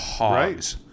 right